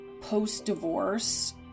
post-divorce